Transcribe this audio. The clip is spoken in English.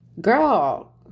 girl